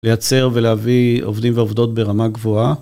לייצר ולהביא עובדים ועובדות ברמה גבוהה.